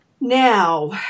Now